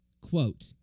quote